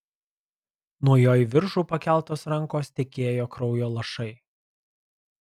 nuo jo į viršų pakeltos rankos tekėjo kraujo lašai